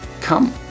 come